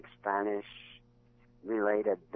Spanish-related